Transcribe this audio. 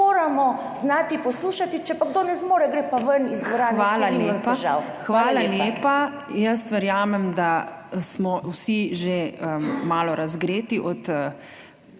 Hvala lepa. Jaz verjamem, da smo vsi že malo razgreti od